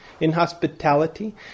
inhospitality